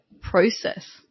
process